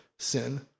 sin